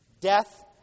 Death